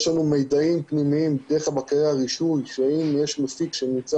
יש לנו מידעים פנימיים דרך בקרי הרישוי שאם יש מפיק שנמצא